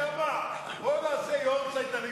אתה יודע מה, בואו נעשה יארצייט לליכוד.